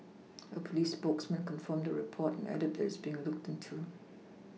A police spokesman confirmed the report and added that it's being looked into